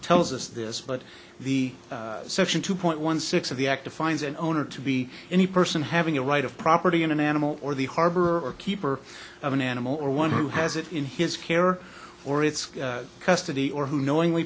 tells us this but the section two point one six of the act of fines an owner to be any person having a right of property in an animal or the harbor or keeper of an animal or one who has it in his care or its custody or who knowingly